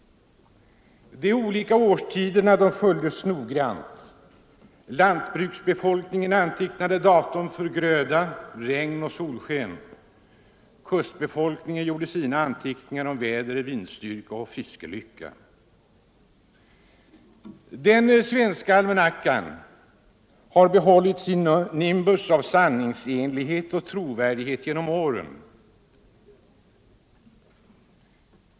De olika årstiderna följdes noggrant. Lantbruksbefolkningen antecknade datum för gröda, regn och solsken. Kustbefolkningen gjorde sina anteckningar om väder, vindstyrka och fiskelycka. Den svenska almanackan har bibehållit sin nimbus av sanningsenlighet och trovärdighet genom åren.